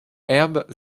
herb